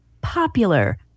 popular